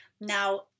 Now